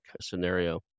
scenario